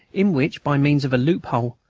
in which, by means of a loophole,